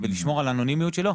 ולשמור על האנונימיות שלו,